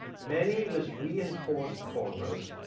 many with reinforced corners